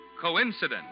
Coincidence